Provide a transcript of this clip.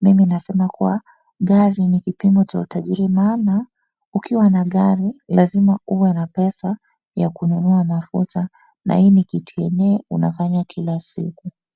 mimi nasema kuwa gari ni kipimo cha utajiri maana ukiwa na gari lazima uwe na pesa ya kununua mafuta na hii ni kitu yenye unafanya kila siku.